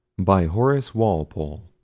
by horace walpole.